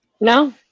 no